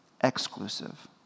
exclusive